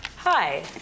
Hi